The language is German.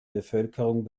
bevölkerung